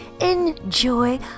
Enjoy